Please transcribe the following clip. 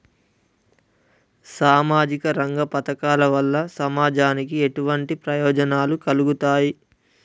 సామాజిక రంగ పథకాల వల్ల సమాజానికి ఎటువంటి ప్రయోజనాలు కలుగుతాయి?